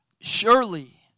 Surely